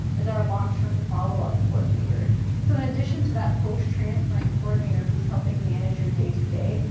is our long-term follow-up coordinator so in addition to that post transplant coordinator who's helping manage your day to day,